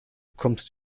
kommst